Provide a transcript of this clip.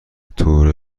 طور